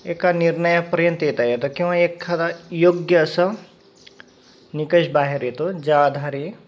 एका निर्णयापर्यंत येता येतं किंवा एखादा योग्य असं निकष बाहेर येतो ज्या आधारे